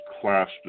class